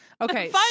okay